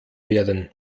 werden